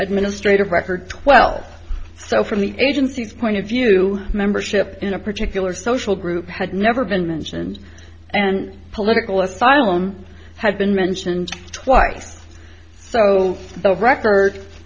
administrative record twelve so from the agency's point of view membership in a particular social group had never been mentioned and political asylum had been mentioned twice so the records